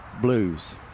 blues